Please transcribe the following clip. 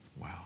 Wow